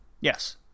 Yes